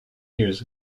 years